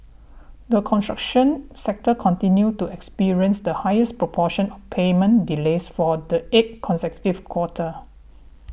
the construction sector continues to experience the highest proportion of payment delays for the eighth consecutive quarter